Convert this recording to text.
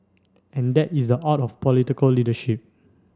and that is the art of political leadership